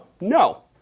no